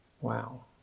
wow